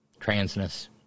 Transness